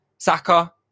Saka